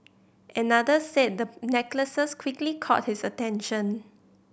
another said the necklaces quickly caught his attention